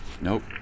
Nope